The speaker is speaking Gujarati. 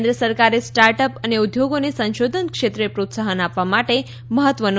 કેન્દ્ર સરકારે સ્ટાર્ટ અપ અને ઉદ્યોગોને સંશોધન ક્ષેત્રે પ્રોત્સાહન આપવા માટે મહત્વનો